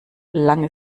lange